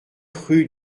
rue